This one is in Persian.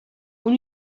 اون